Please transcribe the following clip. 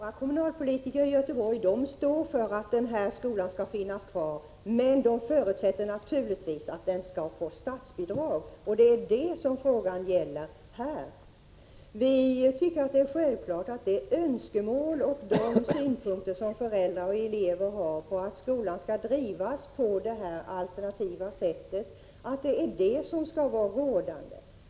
Fru talman! Jo då, Björn Samuelson, våra kommunalpolitiker i Göteborg står för att skolan skall finnas kvar, men de förutsätter naturligtvis att den skall få statsbidrag. Det är detta frågan gäller här. Vi tycker att det är självklart att de önskemål och de synpunkter som föräldrar och elever har, att skolan skall drivas på detta alternativa sätt, skall vara rådande.